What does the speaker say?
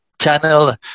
channel